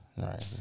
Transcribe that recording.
Right